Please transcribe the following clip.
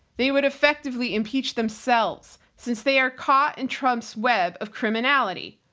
they would effectively impeach themselves since they are caught in trump's web of criminality.